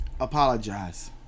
Apologize